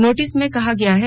notice में कहा गया है